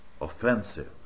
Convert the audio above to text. offensive